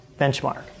benchmark